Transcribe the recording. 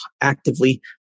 actively